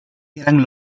eran